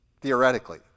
Theoretically